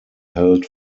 held